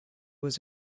was